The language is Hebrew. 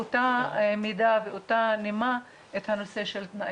באותה נימה ובאותה מידה,